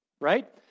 Right